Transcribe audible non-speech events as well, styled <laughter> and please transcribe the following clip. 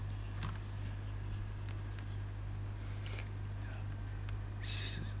<breath>